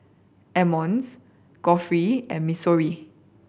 Emmons Geoffrey and Missouri